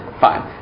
fine